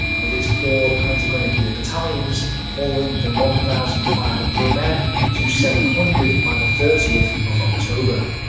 with its four panzergrenadier battalions falling from one thousand five hundred men to seven hundred by the thirtieth of october.